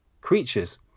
creatures